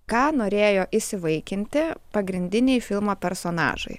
ką norėjo įsivaikinti pagrindiniai filmo personažai